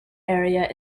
area